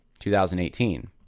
2018